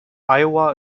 iowa